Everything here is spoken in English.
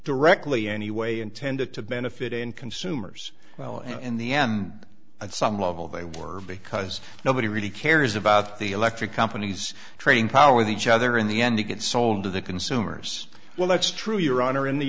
directly anyway intended to benefit in consumers well and the end at some level they were because nobody really cares about the electric companies trading power with each other in the end to get sold to the consumers well that's true your honor in the